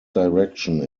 direction